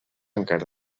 encara